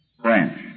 French